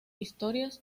historias